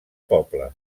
poble